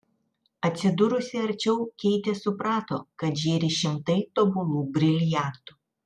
atsidūrusi arčiau keitė suprato kad žėri šimtai tobulų briliantų